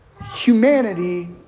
Humanity